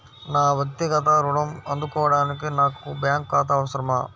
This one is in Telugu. నా వక్తిగత ఋణం అందుకోడానికి నాకు బ్యాంక్ ఖాతా అవసరమా?